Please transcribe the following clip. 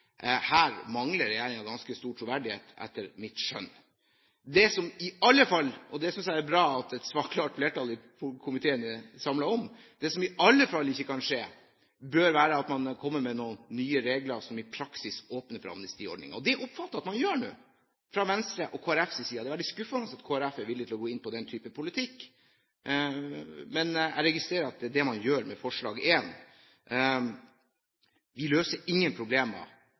Her mangler regjeringen ganske stor troverdighet, etter mitt skjønn. Det som i alle fall ikke bør skje, og det synes jeg er bra at et klart flertall i komiteen er samlet om, er at man kommer med noen nye regler som i praksis åpner for amnestiordninger. Det oppfatter jeg at man nå gjør fra Venstre og Kristelig Folkepartis side. Det er veldig skuffende at Kristelig Folkeparti er villig til å gå inn på den typen politikk, men jeg registrerer at det er det man gjør med forslag nr. 1. Vi løser ingen problemer